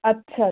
अच्छा